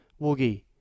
Woogie